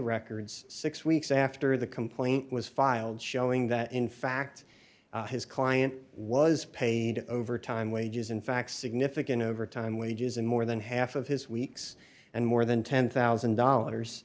records six dollars weeks after the complaint was filed showing that in fact his client was paid overtime wages in fact significant overtime wages in more than half of his weeks and more than ten thousand dollars